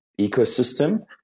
ecosystem